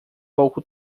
pouco